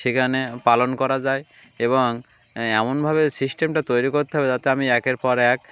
সেখানে পালন করা যায় এবং এমনভাবে সিস্টেমটা তৈরি করতে হবে যাতে আমি একের পর এক